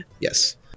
Yes